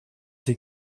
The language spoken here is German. sie